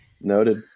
Noted